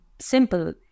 simple